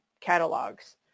catalogs